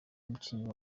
umukinnyi